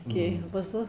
mm